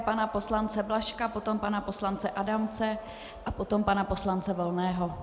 Pana poslance Blažka, potom pana poslance Adamce a potom pana poslance Volného.